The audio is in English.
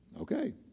Okay